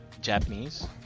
Japanese